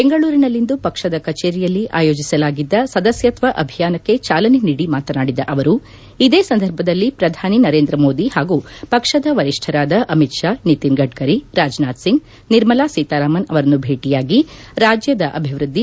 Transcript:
ಬೆಂಗಳೂರಿನಲ್ಲಿಂದು ಪಕ್ಷದ ಕಚೇರಿಯಲ್ಲಿ ಆಯೋಜಿಸಲಾಗಿದ್ದ ಸದಸ್ನತ್ನ ಅಭಿಯಾನಕ್ಕೆ ಚಾಲನೆ ನೀಡಿ ಮಾತನಾಡಿದ ಅವರು ಇದೇ ಸಂದರ್ಭದಲ್ಲಿ ಪ್ರಧಾನಿ ನರೇಂದ್ರ ಮೋದಿ ಹಾಗೂ ಪಕ್ಷದ ವರಿಷ್ಠರಾದ ಅಮಿತ್ ಷಾ ನಿತಿನ್ ಗಡ್ಡರಿ ರಾಜನಾಥ್ ಸಿಂಗ್ ನಿರ್ಮಲಾ ಸೀತಾರಾಮನ್ ಅವರನ್ನು ಭೇಟಿಯಾಗಿ ರಾಜ್ಯದ ಅಭಿವೃದ್ದಿ